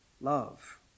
love